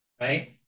right